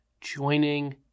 Joining